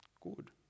good